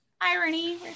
irony